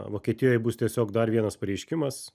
vokietijoj bus tiesiog dar vienas pareiškimas